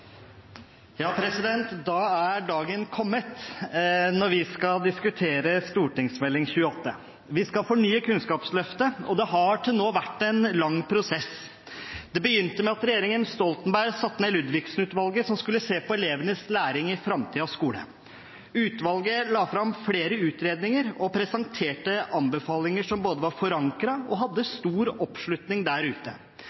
dagen kommet, og vi skal diskutere Meld. St. 28 for 2015–2016. Vi skal fornye Kunnskapsløftet, og det har til nå vært en lang prosess. Det begynte med at regjeringen Stoltenberg satte ned Ludvigsen-utvalget, som skulle se på elevenes læring i framtidens skole. Utvalget la fram flere utredninger og presenterte anbefalinger som både var forankret og hadde